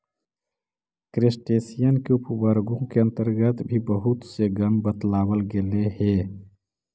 crustacean के उपवर्गों के अन्तर्गत भी बहुत से गण बतलावल गेलइ हे